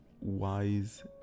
wise